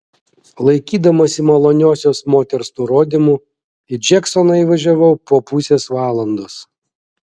laikydamasi maloniosios moters nurodymų į džeksoną įvažiavau po pusės valandos